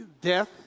death